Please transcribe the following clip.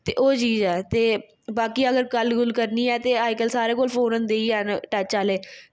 ते ओह् चीज़ ऐ ते बाकी अगर गल्ल गुल्ल करनी होऐ ते अज्ज कल सारें कोल फोन होंदे हैन टच आह्ले